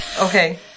Okay